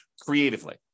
creatively